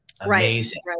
Amazing